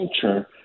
culture